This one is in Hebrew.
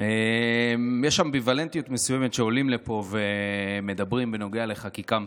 יש אמביוולנטיות מסוימת כשעולים לפה ומדברים על חקיקה מסוימת,